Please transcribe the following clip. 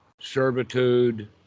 servitude